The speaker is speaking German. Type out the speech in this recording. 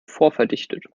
vorverdichtet